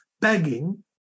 begging